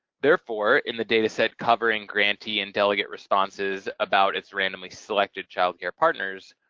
therefore in the data set covering grantee and delegate responses about its randomly selected child care partners,